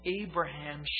Abraham